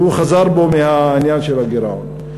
והוא חזר בו מהעניין של הגירעון.